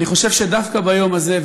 אני חושב שדווקא ביום הזה,